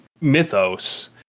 mythos